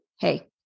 Hey